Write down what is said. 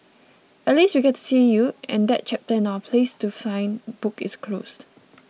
at least we get to see you and that chapter in our 'places to find' book is closed